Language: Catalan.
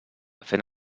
fent